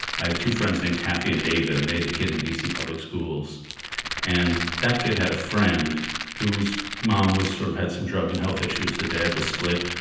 i have two friends named cathy and david and they had a kid in dc public schools and that kid had a friend whose mom sort of had some drugs and health issues, the dad was split.